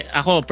ako